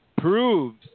proves